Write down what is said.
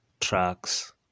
tracks